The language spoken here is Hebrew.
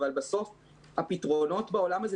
אבל בסוף הפתרונות בעולם הזה,